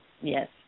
Yes